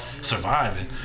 surviving